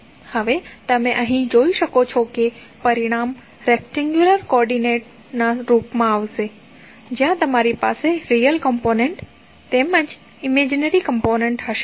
હવે તમે અહીં જોઈ શકો છો કે પરિણામ રેક્ટેન્ગુલર કોઓર્ડિનેટ ના રૂપમાં આવશે જ્યાં તમારી પાસે રીયલ કોમ્પોનેન્ટ તેમજ ઈમેજીનરી કોમ્પોનેન્ટ હશે